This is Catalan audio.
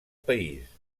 país